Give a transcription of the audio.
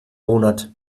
monat